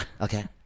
okay